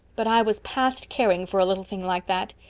but i was past caring for a little thing like that.